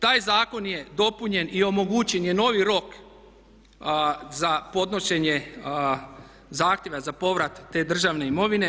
Taj zakon je dopunjen i omogućen je novi rok za podnošenje zahtjeva za povrat te državne imovine.